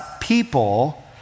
people